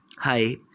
Hi